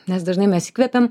nes dažnai mes įkvepiam